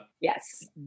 yes